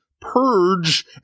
purge